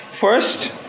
First